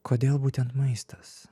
kodėl būtent maistas